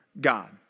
God